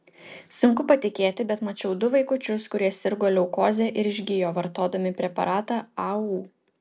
sunku patikėti bet mačiau du vaikučius kurie sirgo leukoze ir išgijo vartodami preparatą au